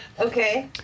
Okay